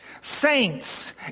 Saints